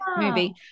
movie